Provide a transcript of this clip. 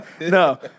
no